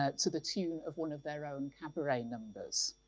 ah to the tune of one of their own cabaret numbers.